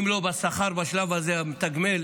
אם לא בשכר, בשלב הזה, אז הוא מתגמל